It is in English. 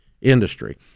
industry